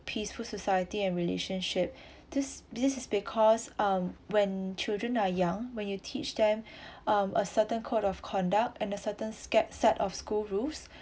peaceful society and relationship this this is because um when children are young when you teach them um a certain code of conduct and a certain skill set of school rules